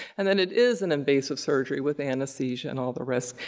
and then it is an invasive surgery with anesthesia and all the risk.